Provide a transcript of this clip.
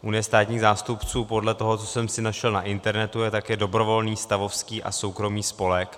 Unie státních zástupců podle toho, co jsem si našel na internetu, je také dobrovolný stavovský a soukromý spolek.